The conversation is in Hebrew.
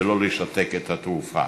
ולא לשתק את התעופה.